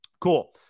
cool